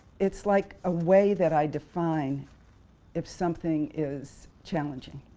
it's like a way that i define if something is challenging.